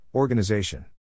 Organization